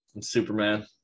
Superman